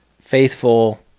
faithful